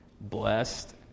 blessed